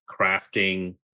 crafting